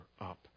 up